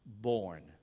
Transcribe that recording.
born